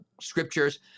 scriptures